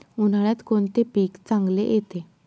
उन्हाळ्यात कोणते पीक चांगले येते?